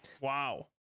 wow